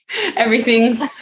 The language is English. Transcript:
Everything's-